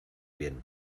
bien